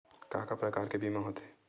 का का प्रकार के बीमा होथे?